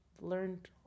learned